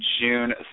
June